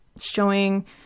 showing